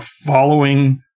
following